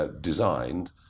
designed